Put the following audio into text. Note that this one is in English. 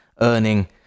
earning